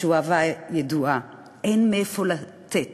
התשובה ידועה מראש: 'אין מאיפה לתת'",